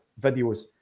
videos